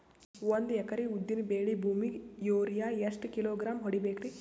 ಒಂದ್ ಎಕರಿ ಉದ್ದಿನ ಬೇಳಿ ಭೂಮಿಗ ಯೋರಿಯ ಎಷ್ಟ ಕಿಲೋಗ್ರಾಂ ಹೊಡೀಬೇಕ್ರಿ?